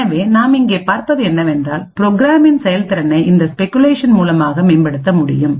எனவே நாம் இங்கே பார்ப்பது என்னவென்றால் ப்ரோக்ராமின் செயல்திறனை இந்த ஸ்பெகுலேஷன் மூலமாக மேம்படுத்த முடியும்